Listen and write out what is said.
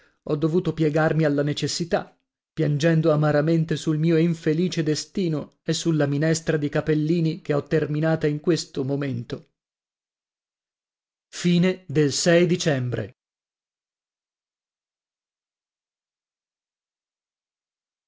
ho dovuto piegarmi alla necessità piangendo amaramente sul mio infelice destino e sulla minestra di capellini che ho terminata in questo momento dicembre